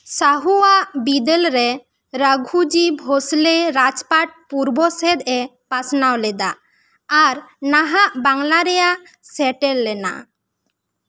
ᱥᱟᱦᱩᱣᱟᱜ ᱵᱤᱫᱟᱹᱞ ᱨᱮ ᱨᱟᱜᱷᱩᱡᱤ ᱵᱷᱳᱥᱞᱮ ᱨᱟᱡᱽ ᱯᱟᱴ ᱯᱩᱨᱵᱚ ᱥᱮᱫ ᱮ ᱯᱟᱥᱱᱟᱣ ᱞᱮᱫᱟ ᱟᱨ ᱱᱟᱦᱟᱜ ᱵᱟᱝᱞᱟ ᱨᱮᱭᱟᱜ ᱥᱮᱴᱮᱨ ᱞᱮᱱᱟ